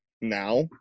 now